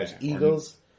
Eagles